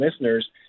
listeners